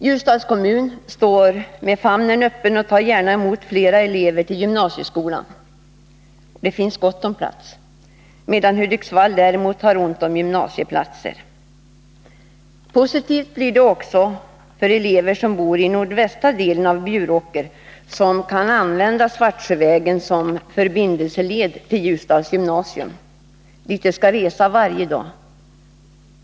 Ljusdals kommun står med famnen öppen och tar gärna emot flera elever till gymnasieskolan. Där finns gott om plats — medan Hudiksvall däremot har ont om gymnasieplatser. Positivt blir det också för elever som bor i nordvästra delen av Bjuråker att kunna använda Svartsjövägen som förbindelseled till Ljusdals gymnasium, dit de skall resa varje dag.